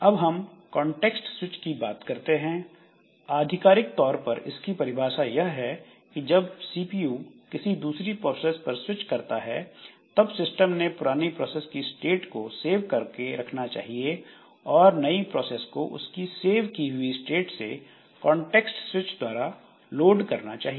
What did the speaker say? अब हम context switch की बात करते हैं आधिकारिक तौर पर इसकी परिभाषा यह है कि जब सीपीयू किसी दूसरी प्रोसेस पर स्विच करता है तब सिस्टम ने पुरानी प्रोसेस की स्टेट को सेव कर रखना चाहिए और नई प्रोसेस को उसकी सेव की हुई स्टेट से कांटेक्स्ट स्विच के द्वारा लोड करना चाहिए